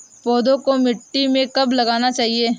पौधें को मिट्टी में कब लगाना चाहिए?